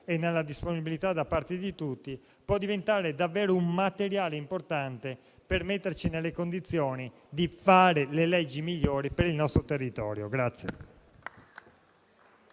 nella disponibilità da parte di tutti, possa diventare davvero un materiale importante per metterci nelle condizioni di fare le leggi migliori per il nostro territorio.